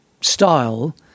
style